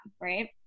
Right